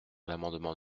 l’amendement